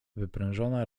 wyprężona